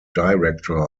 director